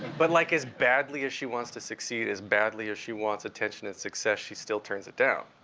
but like, as badly as she wants to succeed, as badly as she wants attention and success, she still turns it down.